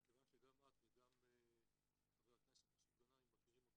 מכיוון שגם את וגם חבר הכנסת מסעוד גנאים מכירים אותו